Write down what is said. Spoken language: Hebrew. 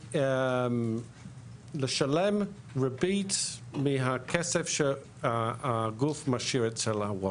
מלשלם ריבית מהכסף שהגוף משאיר אצל ה-wallet,